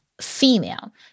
female